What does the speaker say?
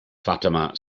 fatima